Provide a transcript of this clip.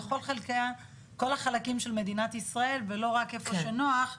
בכל החלקים של מדינת ישראל ולא רק איפה שנוח,